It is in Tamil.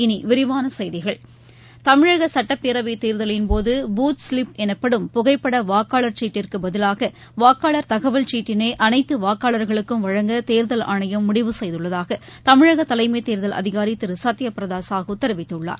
இனி விரிவான செய்திகள் தமிழக சட்டப்பேரவை தேர்தலின் போது பூத் ஸ்லிப் எனப்படும் புகைப்பட வாக்காளர் சீட்டிக்கு பதிலாக வாக்காளர் தகவல் சீட்டினை அனைத்து வாக்னளர்களுக்கும் வழங்க தேர்தல் ஆணையம் முடிவு செய்துள்ளதாக தமிழகத் தலைமை தேர்தல் அதிகாரி திரு சத்திய பிரதா சாகு தெரிவித்துள்ளார்